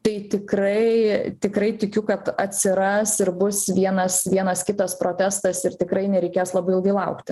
tai tikrai tikrai tikiu kad atsiras ir bus vienas vienas kitas protestas ir tikrai nereikės labai ilgai laukti